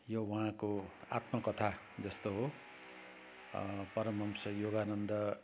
यो उहाँको आत्मकथा जस्तो हो परमहंस योगानन्द